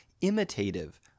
imitative